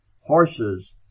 horses